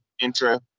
intro